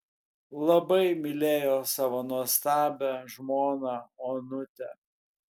labai mylėjo savo nuostabią žmoną onutę